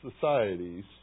societies